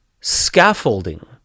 scaffolding